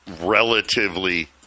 relatively